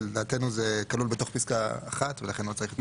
לדעתנו זה כלול בתוך פסקה (1) ולכן לא צריך את פסקה (2).